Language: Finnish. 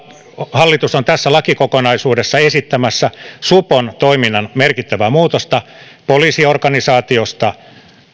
hallitus on tässä lakikokonaisuudessa esittämässä supon toiminnan merkittävää muutosta poliisiorganisaatiosta